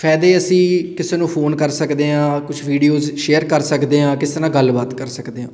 ਫਾਇਦੇ ਅਸੀਂ ਕਿਸੇ ਨੂੰ ਫੋਨ ਕਰ ਸਕਦੇ ਹਾਂ ਕੁਝ ਵੀਡੀਓਜ਼ ਸ਼ੇਅਰ ਕਰ ਸਕਦੇ ਹਾਂ ਕਿਸੇ ਨਾਲ ਗੱਲਬਾਤ ਕਰ ਸਕਦੇ